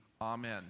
amen